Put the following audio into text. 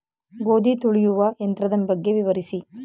ಗೋಧಿ ತುಳಿಯುವ ಯಂತ್ರದ ಬಗ್ಗೆ ವಿವರಿಸಿ?